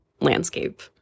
landscape